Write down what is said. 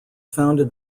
founded